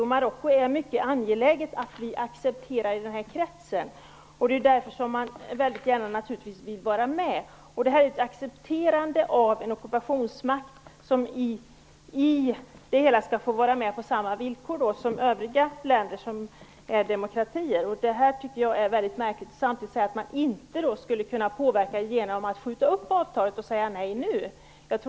Jo, Marocko är mycket angeläget om att bli accepterat i den här kretsen. Det är därför som man naturligtvis väldigt gärna vill vara med. Det här är ett accepterande av en ockupationsmakt som nu skall få vara med på samma villkor som övriga länder, som är demokratier. Jag tycker att detta är märkligt, när man samtidigt säger att man inte skulle kunna påverka genom att skjuta upp avtalet och säga nej nu.